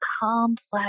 complex